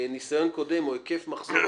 ניסיון קודם או היקף מחזור כספי,